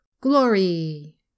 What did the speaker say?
Glory